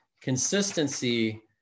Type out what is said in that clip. consistency